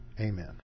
Amen